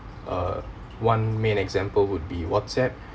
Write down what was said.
uh one main example would be whatsapp